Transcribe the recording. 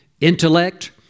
intellect